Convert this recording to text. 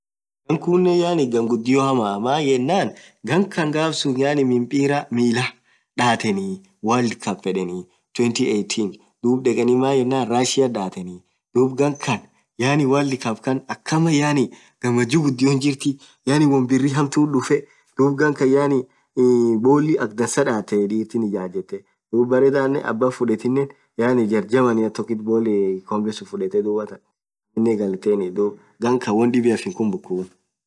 ghan khunen yaani ghan ghudio hamaaa maan yenen ghan khan ghafsun mipira milah dhatheni world cup yedheni elfu lamaa kudheni sadhethii dhub dhekeni rashia dhatheni dhub ghan khan yaani world cup khan akamaa yaani ghamachu ghudio jirtiii yaani won birr hamtuthi dhufee dhub ghan khan yaani iii bolli akha dhansaa dhathee dhithi ijajethe dhub berre thanen abaa fudhethinen jarrr Germanii tokkit kombesun fudhethe dhuatan aminen ghaletheni ghan khan won dhibiaf hinkhumbu